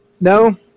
No